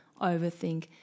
overthink